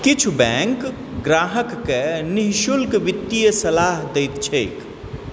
किछु बैङ्क ग्राहककेँ निःशुल्क वित्तीय सलाह दैत छैक